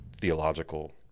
theological